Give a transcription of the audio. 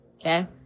Okay